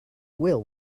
will